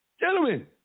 Gentlemen